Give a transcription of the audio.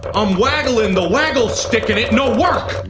but i'm wagglin' the waggle stick and it no work!